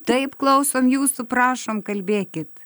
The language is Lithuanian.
taip klausom jūsų prašom kalbėkit